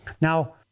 Now